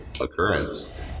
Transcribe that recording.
occurrence